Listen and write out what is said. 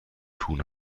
tun